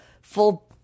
full